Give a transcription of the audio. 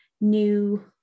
new